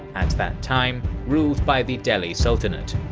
at that time ruled by the delhi sultanate.